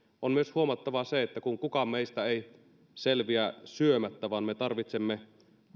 on myös huomattava se että kun kukaan meistä ei selviä syömättä vaan me tarvitsemme